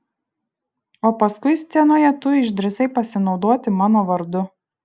o paskui scenoje tu išdrįsai pasinaudoti mano vardu